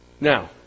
Now